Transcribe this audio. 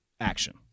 action